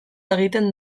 egiten